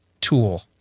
tool